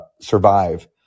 survive